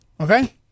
okay